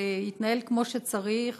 שהתנהל כמו שצריך,